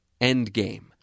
Endgame